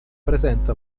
presenta